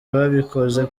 babikoze